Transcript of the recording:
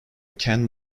ken